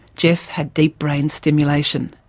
geoff had deep brain stimulation.